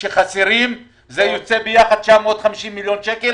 שחסרים זה יוצא ביחד 950 מיליון שקלים.